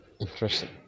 interesting